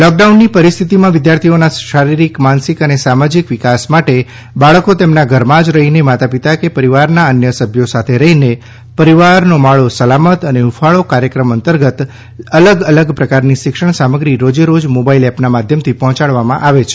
લોકડાઉનની પરિસ્થિતિમાં વિદ્યાર્થીઓના શારીરીક માનસિક અને સામાજિક વિકાસ માટટે બાળકી તેમના ઘરમાં જ રહીને માતા પિતા કે પરીવારના અન્ય સભ્યો સાથે રહીને પરીવારનો માળો સલામત અને હુંફાળી કાર્યક્રમ અંતર્ગત અલગ અલગ પ્રકારની શિક્ષણ સામગ્રી રોજે રોજ મોબાઇલ એપના માધ્યમથી પહોંચાડવામાં આવે છે